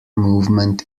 movement